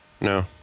No